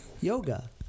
Yoga